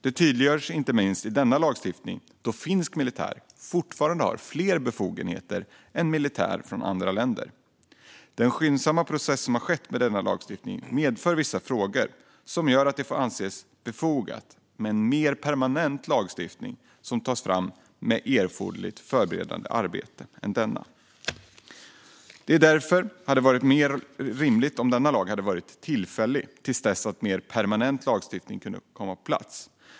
Det tydliggörs inte minst i denna lagstiftning då finsk militär fortfarande har fler befogenheter än militär från andra länder. Den skyndsamma processen som har skett med denna lagstiftning medför vissa frågor som gör att det får anses befogat att en mer permanent lagstiftning än denna tas fram med erforderligt förberedande arbete. Det hade därför varit mer rimligt om denna lag hade varit tillfällig till dess att mer permanent lagstiftning kunnat komma på plats.